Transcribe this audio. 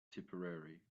tipperary